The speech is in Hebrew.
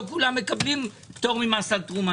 לא כולם מקבלים פטור ממס על תרומה.